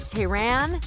Tehran